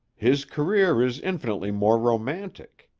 his career is infinitely more romantic.